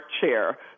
chair